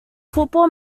football